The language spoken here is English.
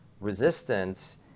resistance